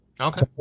Okay